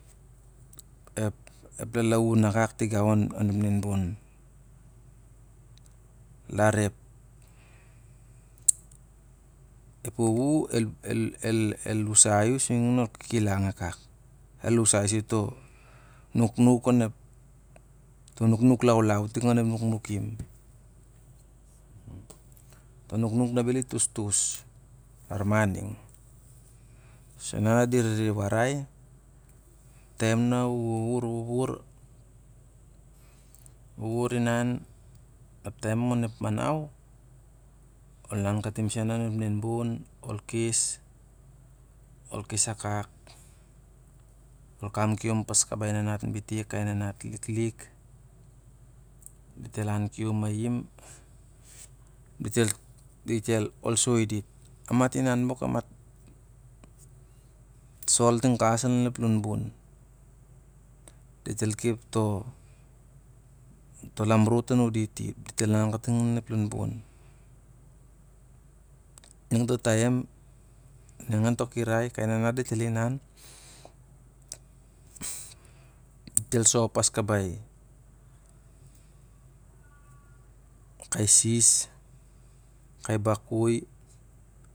Ep lalaun a kak tiagace anen ep nea bun. Lar ep ep wuwu el usai u sur ning ol kikilang akak nuknuk on ep to nukauk laulau ting caep duknukim. T nuknuk na be i fostos lar ma niag. Su sa di rere waray tailu na u wuwur wawar, wuwur uian taim onep manau, ol an katun sen oenp nen bua, kes, ol kes akak, ol kam kium pas kai nanat metik, kai nanat liklik. Dit el an kium mai- im. Ol kam pas dit. Aaat inan bok aaat sol ting kawas an lon ep lon bun. Dit el kep to lamrut anun dit i dit el an kating onep lon bunbun niug to taiai ningan to kirai, kai nanat dit el inan, dit el go pas kabai sis, kai bakoi.